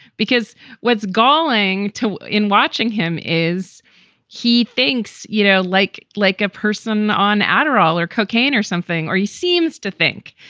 because what's galling to in watching him is he thinks, you know, like, like a person on adderall or cocaine or something or he seems to think,